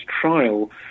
trial